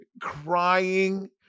crying